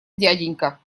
дяденька